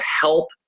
help